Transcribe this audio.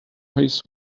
his